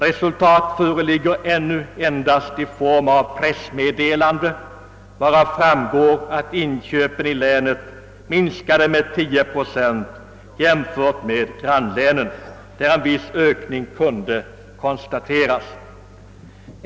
Resultaten föreligger ännu endast i form av ett pressmeddelande, varav framgår att inköpen i länet minskade med 10 procent jämfört med grannlänen, där en viss ökning kunde konstateras.